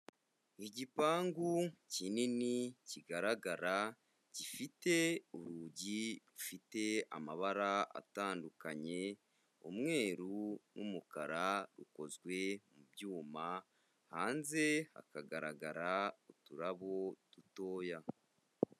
Igipangu kinini kigaragara, gifite urugi rufite amabara atandukanye, umweru n'umukara, rukozwe mu byuma, hanze hakagaragara uturabo dutoya